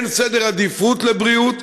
אין סדר עדיפויות לבריאות,